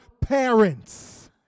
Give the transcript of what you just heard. parents